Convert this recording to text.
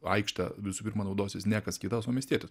aikšte visų pirma naudosis ne kas kitas o miestietis